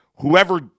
whoever